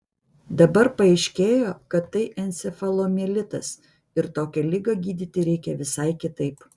dabar paaiškėjo kad tai encefalomielitas ir tokią ligą gydyti reikia visai kitaip